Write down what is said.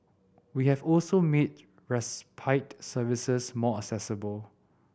we have also made respite services more accessible